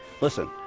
Listen